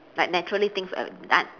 like naturally things will be done